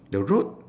the road